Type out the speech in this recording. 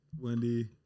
Wendy